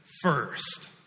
first